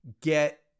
get